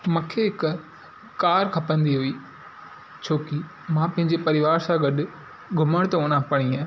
मांखे हिकु कार खपंदी हुई छोकी मां पंहिंजे परिवार सां गॾु घुमणु थो वञा परींहं